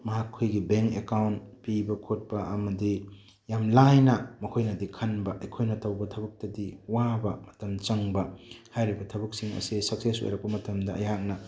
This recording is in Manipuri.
ꯃꯍꯥꯛ ꯑꯩꯈꯣꯏꯒꯤ ꯕꯦꯡꯛ ꯑꯦꯀꯥꯎꯟ ꯄꯤꯕ ꯈꯣꯠꯄ ꯑꯃꯗꯤ ꯌꯥꯝ ꯂꯥꯏꯅ ꯃꯈꯣꯏꯅꯗꯤ ꯈꯟꯕ ꯑꯩꯈꯣꯏꯅ ꯇꯧꯕ ꯊꯕꯛꯇꯗꯤ ꯋꯥꯕ ꯃꯇꯝ ꯆꯪꯕ ꯍꯥꯏꯔꯤꯕ ꯊꯕꯛꯁꯤꯡ ꯑꯁꯦ ꯁꯛꯁꯦꯁ ꯑꯣꯏꯔꯛꯄ ꯃꯇꯝꯗ ꯑꯩꯍꯥꯛꯅ